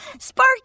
Sparky